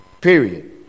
Period